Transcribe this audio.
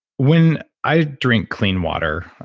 when i drink clean water,